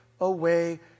away